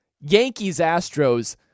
Yankees-Astros